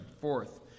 Fourth